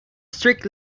strict